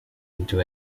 into